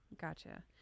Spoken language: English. Gotcha